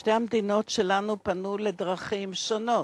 שתי המדינות שלנו פנו לדרכים שונות.